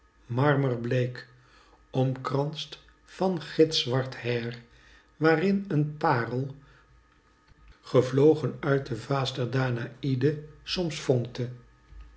marmerbleek omkranst van gitzwart hair waarin een paerel gevlogen uit de vaas der danai'de soms vonkte